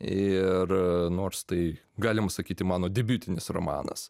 ir nors tai galima sakyti mano debiutinis romanas